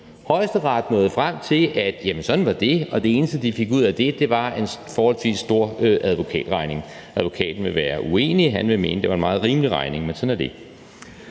Højesteret nåede frem til, at sådan var det, og det eneste, de fik ud af det, var en forholdsvis stor advokatregning – advokaten vil være uenig; han vil mene, det var en meget rimelig regning, men sådan er det.